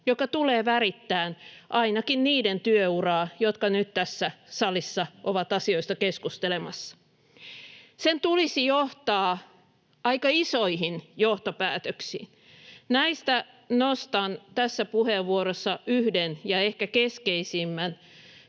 joka tulee värittämään ainakin niiden työuraa, jotka nyt tässä salissa ovat asioista keskustelemassa. Sen tulisi johtaa aika isoihin johtopäätöksiin. Näistä nostan tässä puheenvuorossa yhden ja ehkä keskeisimmän